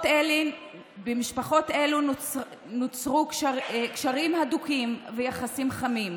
במשפחות אלו נוצרו קשרים הדוקים ויחסים חמים.